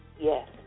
Yes